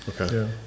Okay